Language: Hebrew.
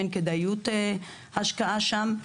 אין כדאיות השקעה שם.